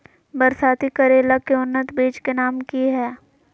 बरसाती करेला के उन्नत बिज के नाम की हैय?